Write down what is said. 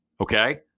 okay